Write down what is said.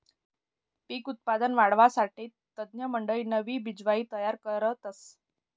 पिक उत्पादन वाढावासाठे तज्ञमंडयी नवी बिजवाई तयार करतस